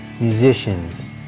musicians